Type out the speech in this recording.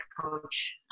coach